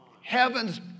heaven's